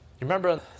remember